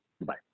Bye